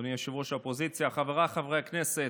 אדוני ראש האופוזיציה, חבריי חברי הכנסת,